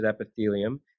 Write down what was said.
epithelium